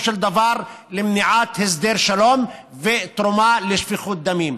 של דבר למניעת הסדר שלום ותרומה לשפיכות דמים.